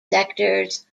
sectors